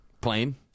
Plane